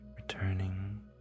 returning